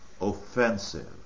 offensive